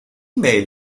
mail